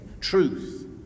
Truth